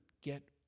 get